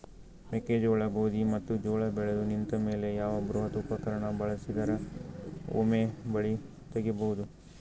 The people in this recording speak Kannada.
ಮೆಕ್ಕೆಜೋಳ, ಗೋಧಿ ಮತ್ತು ಜೋಳ ಬೆಳೆದು ನಿಂತ ಮೇಲೆ ಯಾವ ಬೃಹತ್ ಉಪಕರಣ ಬಳಸಿದರ ವೊಮೆ ಬೆಳಿ ತಗಿಬಹುದು?